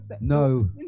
No